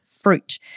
Fruit